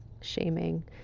shaming